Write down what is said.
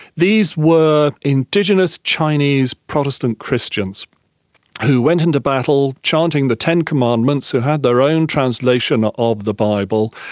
these were indigenous chinese protestant christians who went into battle chanting the ten commandments, who had their own translation of the bible,